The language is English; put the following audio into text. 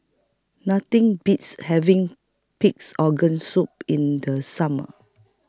Nothing Beats having Pig'S Organ Soup in The Summer